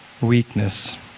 weakness